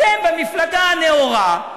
אתם במפלגה הנאורה,